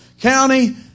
county